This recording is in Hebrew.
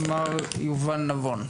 מר יובל נבון,